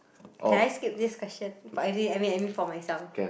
can I skip this question but I mean I mean for myself